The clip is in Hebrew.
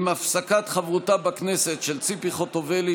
עם הפסקת חברותה בכנסת של ציפי חוטובלי,